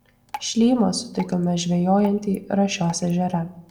šlymą sutikome žvejojantį rašios ežere